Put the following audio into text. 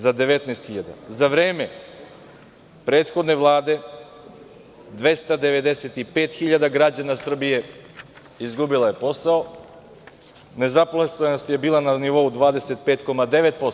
Za vreme prethodne Vlade 295 hiljada građana Srbije izgubilo je posao, nezaposlenost je bila na nivou 25,9%